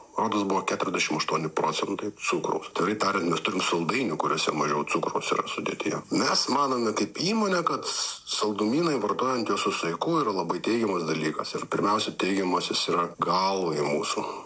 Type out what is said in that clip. rodo buvo keturiasdešimt aštuoni procentai cukraus atvirai tariant mes turim saldainių kuriuose mažiau cukraus yra sudėtyje mes manome kaip įmonė kad saldumynai vartojant juos su saiku yra labai teigiamas dalykas ir pirmiausia teigiam jis yra galvai mūsų